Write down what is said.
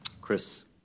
Chris